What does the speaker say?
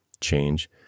change